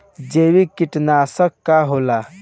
जैविक कीटनाशक का होला?